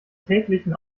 täglichen